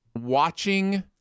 watching